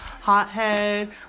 hothead